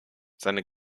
seine